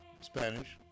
Spanish